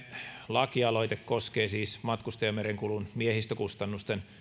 lakialoite koskee siis matkustajamerenkulun miehistökustannusten